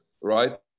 right